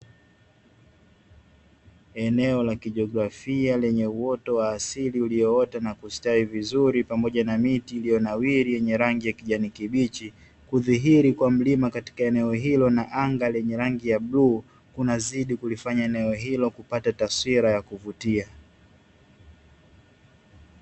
Eneo la kijiografia lenye uoto wa asili ulioota na kustawi vizuri pamoja na miti ndio nawiri yenye rangi ya kijani kibichi, kudhihiri kwa mlima katika eneo hilo na anga lime rangi ya bluu, kunazidi kulifanya eneo hilo kupata taswira ya kuvutia.